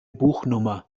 buchnummer